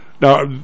now